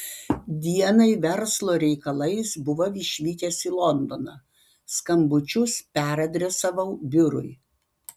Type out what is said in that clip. dienai verslo reikalais buvau išvykęs į londoną skambučius peradresavau biurui